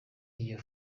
iyo